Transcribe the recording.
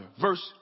Verse